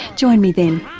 join me then.